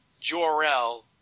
Jor-el